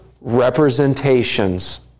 representations